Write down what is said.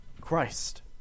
Christ